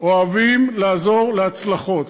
אוהבים לעזור להצלחות.